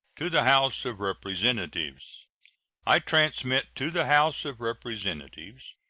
to the house of representatives i transmit to the house of representatives,